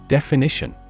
Definition